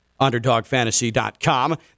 UnderdogFantasy.com